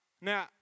Now